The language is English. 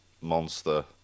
monster